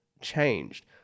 changed